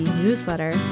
newsletter